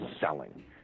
selling